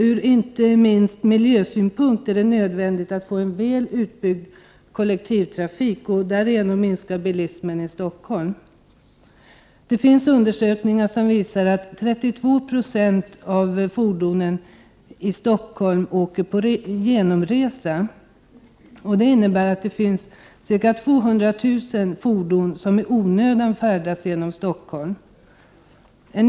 Från inte minst miljösynpunkt är en väl utbyggd kollektivtrafik nödvändig för att därigenom minska bilismen i Stockholm. Undersökningar visar att 23 90 av fordonen i Stockholm åker genom staden, Det innebär att ca 200 000 fordon i onödan färdas genom Stockholm.